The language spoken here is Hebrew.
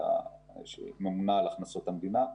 הממונה על הכנסות המדינה,